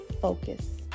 focus